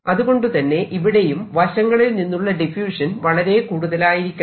അതുകൊണ്ടുതന്നെ ഇവിടെയും വശങ്ങളിൽ നിന്നുള്ള ഡിഫ്യൂഷൻ വളരെ കൂടുതലായിരിക്കണം